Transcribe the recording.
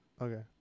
Okay